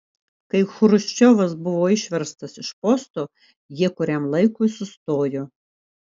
kai chruščiovas buvo išverstas iš posto jie kuriam laikui sustojo